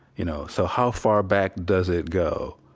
you know. so how far back does it go?